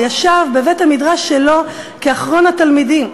וישב בבית-המדרש שלו כאחרון התלמידים,